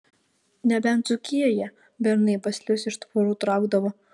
nebent dzūkijoje bernai baslius iš tvorų traukdavo